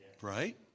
Right